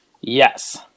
Yes